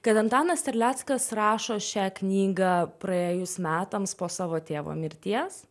kad antanas terleckas rašo šią knygą praėjus metams po savo tėvo mirties